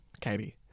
Katie